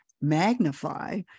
magnify